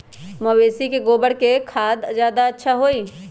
मवेसी के गोबर के खाद ज्यादा अच्छा होई?